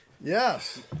Yes